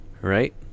right